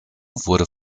wurde